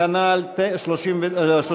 36, התוצאה היא: בעד, 51, נגד, 64, אין נמנעים.